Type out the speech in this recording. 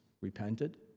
repented